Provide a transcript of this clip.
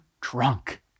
drunk